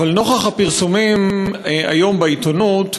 אבל נוכח הפרסומים היום בעיתונות,